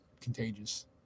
contagious